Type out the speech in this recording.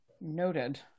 Noted